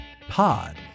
Pod